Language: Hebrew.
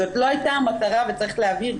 זאת לא הייתה המטרה וצריך להבהיר,